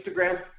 Instagram